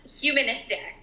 humanistic